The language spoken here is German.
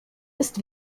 ist